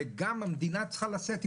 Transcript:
וגם המדינה צריכה לשאת.